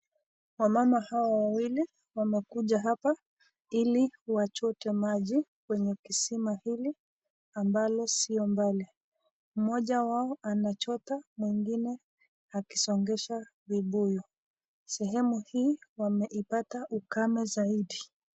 Wamama hawa wawili wamekuja hapa hili wachote maji kwenye kisima hiki ambayo si mbali . Mmoja wao anachota mwingine akisongesha vibuyu. Sehemu hii imepata ukame zaidi .